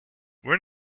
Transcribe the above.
we’re